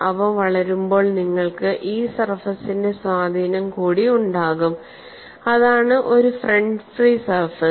അവ വളരുമ്പോൾ നിങ്ങൾക്ക് ഈ സർഫസിന്റെ സ്വാധീനം കൂടി ഉണ്ടാകും അതാണ് ഒരു ഫ്രണ്ട് ഫ്രീ സർഫസ്